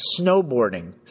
snowboarding